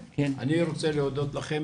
אני רוצה להודות לכם